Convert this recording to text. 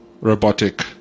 robotic